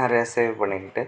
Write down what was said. நிறையா சேவ் பண்ணிக்கிட்டு